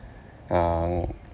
uh